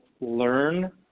learn